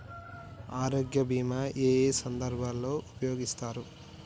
ఆరోగ్య బీమా ఏ ఏ సందర్భంలో ఉపయోగిస్తారు?